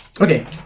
Okay